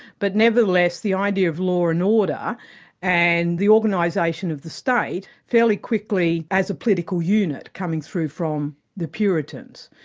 but nevertheless, the idea of law and order and the organisation of the state, fairly quickly, as a political unit, coming through from the puritans.